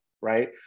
right